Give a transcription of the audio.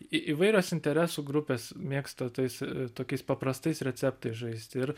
į įvairios interesų grupės mėgsta tais tokiais paprastais receptais žaist ir